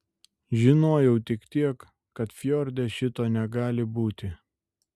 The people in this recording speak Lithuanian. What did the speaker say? žinojau tik tiek kad fjorde šito negali būti